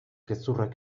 gezurrak